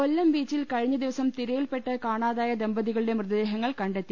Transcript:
കൊല്ലം ബീച്ചിൽ കഴിഞ്ഞ ദ്രിവസം തിരയിൽപ്പെട്ട് കാണാ തായ ദമ്പതികളുടെ മൃതദേഹങ്ങൾ കണ്ടെത്തി